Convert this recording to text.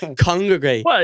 congregate